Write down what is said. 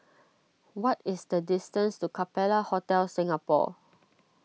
what is the distance to Capella Hotel Singapore